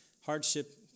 hardship